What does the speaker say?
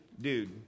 dude